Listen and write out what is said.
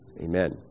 Amen